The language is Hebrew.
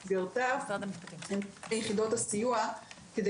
במסגרתה הם עוברים ליחידות הסיוע כדי